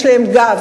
יש להם גב,